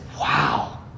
wow